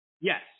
Yes